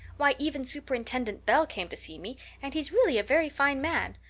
why, even superintendent bell came to see me, and he's really a very fine man.